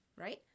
right